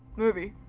movie.